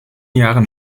jahren